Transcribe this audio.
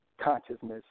consciousness